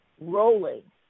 rolling